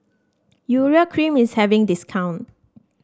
Urea Cream is having discount